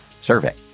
survey